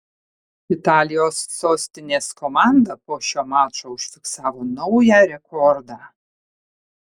italijos sostinės komanda po šio mačo užfiksavo naują rekordą